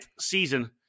season